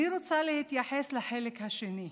אני רוצה להתייחס לחלק השני,